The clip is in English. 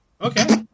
Okay